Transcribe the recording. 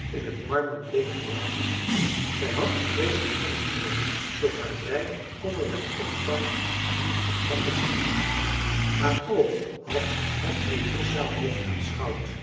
in het marmerbleek gelaat groefde marcellus emants een drietal novellen zij had een vreeselijk vonnis gehoord doch haar brein kon er den omvang niet van beseffen haar oog had het medusa